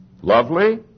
Lovely